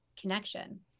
connection